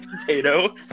potato